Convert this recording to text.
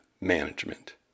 management